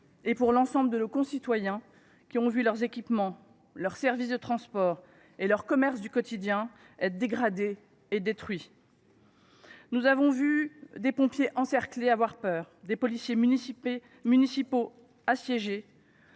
; pour l’ensemble de nos concitoyens qui ont vu leurs équipements, leurs services de transports et leurs commerces du quotidien dégradés et détruits. Nous avons vu des pompiers encerclés apeurés, des policiers municipaux assiégés,